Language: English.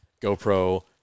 GoPro